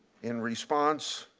in response,